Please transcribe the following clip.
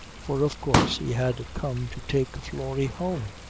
for of course he had come to take florrie home.